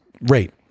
rate